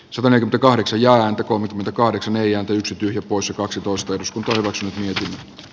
suhonen kahdeksan ja ääntä kolmekymmentäkahdeksan eijan tosi tyly usa kaksitoista s plus k